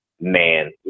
man